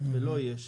ולא יהיה שם.